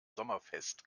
sommerfest